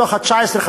מתוך 19,